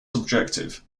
subjective